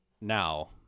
now